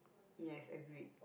yes agreed